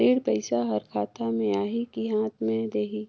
ऋण पइसा हर खाता मे आही की हाथ मे देही?